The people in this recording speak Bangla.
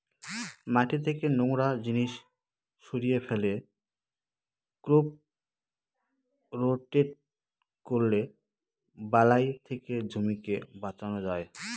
মাটি থেকে নোংরা জিনিস সরিয়ে ফেলে, ক্রপ রোটেট করলে বালাই থেকে জমিকে বাঁচানো যায়